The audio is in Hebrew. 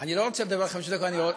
אני לא רוצה לדבר 50 דקות, אני,